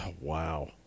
wow